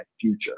future